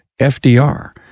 FDR